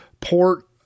port